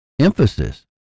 emphasis